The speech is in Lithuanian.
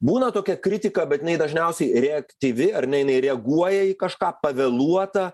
būna tokia kritika bet jinai dažniausiai reaktyvi ar ne jinai reaguoja į kažką pavėluotą